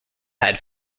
had